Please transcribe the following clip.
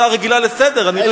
הצעה רגילה לסדר-היום,